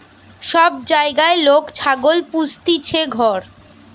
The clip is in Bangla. সব জাগায় লোক ছাগল পুস্তিছে ঘর